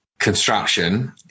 construction